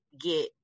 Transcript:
get